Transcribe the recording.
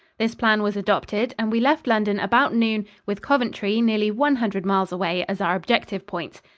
this plan was adopted and we left london about noon, with coventry, nearly one hundred miles away, as our objective point.